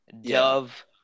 Dove